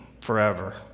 forever